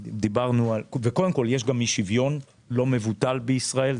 קודם כול, יש אי-שוויון לא מבוטל בישראל.